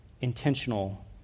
intentional